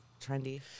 trendy